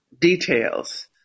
details